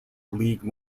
league